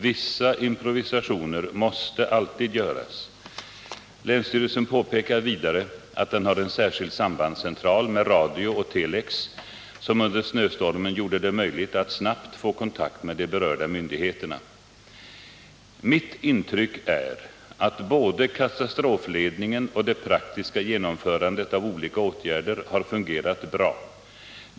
Vissa improvisationer måste alltid göras. Länsstyrelsen påpekar vidare att den har en särskild sambandscentral med radio och telex, som under snöstormen gjorde det möjligt att snabbt få kontakt med de berörda myndigheterna. Mitt intryck är att både katastrofledningen och det praktiska genomförandet av olika åtgärder har fungerat bra.